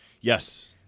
yes